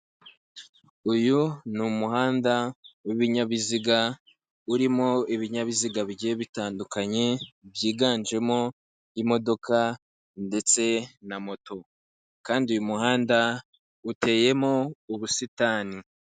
Uyu n'umuhanda w'ibinyabiziga urimo ibinyabiziga bigiye bitandukanye, byiganjemo imodoka ndetse na moto, kandi uyu muhanda uteyemo ubusitani.